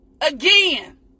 again